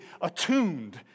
attuned